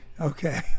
okay